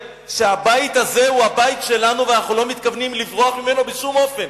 שהבית הזה הוא הבית שלנו ואנחנו לא מתכוונים לברוח ממנו בשום אופן.